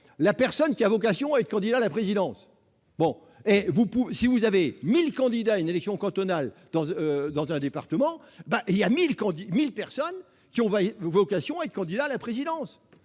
la personne qui a vocation à être candidate à la présidence ? Si vous avez 1 000 candidats à une élection départementale, il y a 1 000 personnes qui ont vocation à être candidates à la présidence